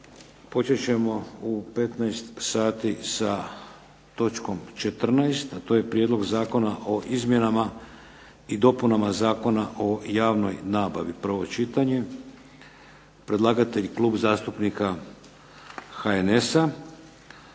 počet ćemo u 15 sati sa točkom 14. a to je Prijedlog zakona o izmjenama i dopunama Zakona o javnoj nabavi, prvo čitanje, predlagatelj Klub zastupnika HNS-a.